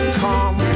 come